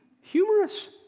humorous